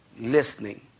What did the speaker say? Listening